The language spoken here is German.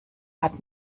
hat